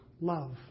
love